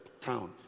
town